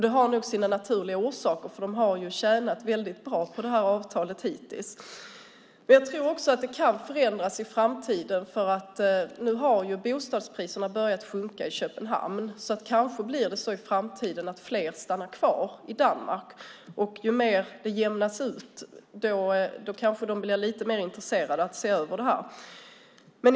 Det har nog sina naturliga orsaker. De har hittills tjänat väldigt bra på avtalet. Det kan förändras i framtiden. Nu har bostadspriserna börjat sjunka i Köpenhamn. Kanske blir det så i framtiden att fler stannar kvar i Danmark. Om det mer jämnas ut kanske de blir lite mer intresserade att se över detta.